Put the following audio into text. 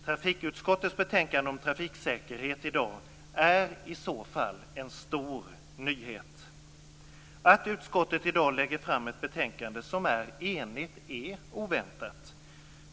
Trafikutskottets betänkande om trafiksäkerhet är i så fall en stor nyhet. Att utskottet i dag lägger fram ett betänkande som är enigt är oväntat.